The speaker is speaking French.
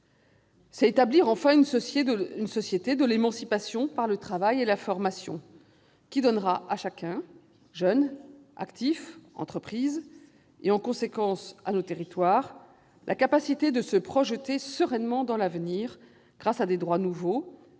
enfin, établir une société de l'émancipation par le travail et la formation, qui donnera à tous, jeunes, actifs et entreprises, et en conséquence à nos territoires, la capacité de se projeter sereinement dans l'avenir, grâce à des droits nouveaux, garantis par des protections